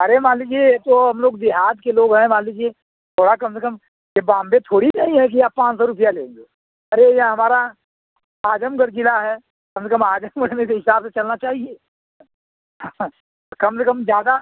अरे मान लीजिए तो हम लोग देहात के लोग हैं मान लीजिए थोड़ा कम से कम ये बाम्बे थोड़े नहीं है कि आप पाँच सौ रुपये लेंगे अरे ये हमारा आजमगढ़ जिला है कम से कम आजमगढ़ में तो हिसाब से चलना चाहिए हाँ कम से कम ज्यादा